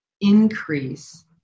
increase